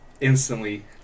instantly